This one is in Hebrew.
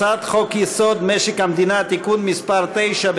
הצעת חוק-יסוד: משק המדינה (תיקון מס' 9),